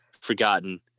forgotten